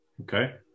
okay